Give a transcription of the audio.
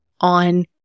on